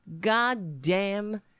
goddamn